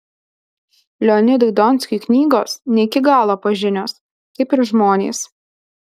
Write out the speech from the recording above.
leonidui donskiui knygos ne iki galo pažinios kaip ir žmonės